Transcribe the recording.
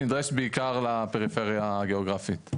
היא נדרשת בעיקר לפריפריה הגיאוגרפית.